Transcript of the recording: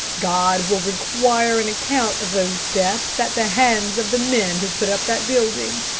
god will require an account of those deaths at the hands of the men who put up that building.